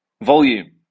Volume